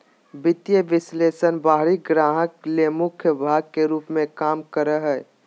वित्तीय विश्लेषक बाहरी ग्राहक ले मुख्य भाग के रूप में काम करा हइ